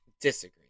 disagree